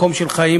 מקום של חיים,